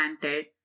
planted